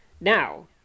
Now